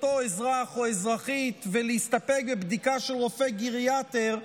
אותו אזרח או אזרחית ולהסתפק בבדיקה של רופא גריאטר,